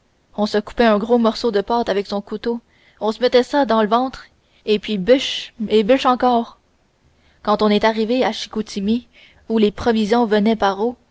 on se coupait un gros morceau de pâte avec son couteau on se mettait ça dans le ventre et puis bûche et bûche encore quand on est arrivé à chicoutimi où les provisions venaient par eau